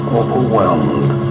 overwhelmed